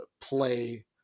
play